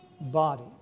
body